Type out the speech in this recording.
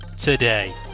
today